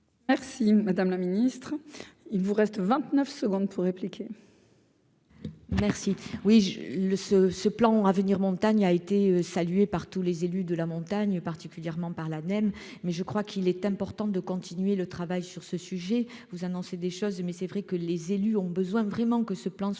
Merci madame la Ministre, il vous reste 29 secondes pour répliquer. Merci, oui je le ce, ce plan à venir montagne a été saluée par tous les élus de la montagne, particulièrement par la même, mais je crois qu'il est important de continuer le travail sur ce sujet vous annoncer des choses, mais c'est vrai que les élus ont besoin vraiment que ce plan soit